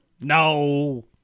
no